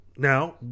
Now